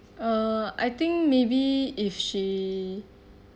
uh I think maybe if she